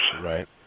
Right